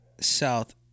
South